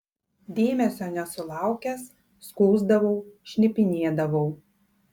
dėmesio nesulaukęs skųsdavau šnipinėdavau